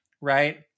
right